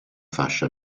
fascia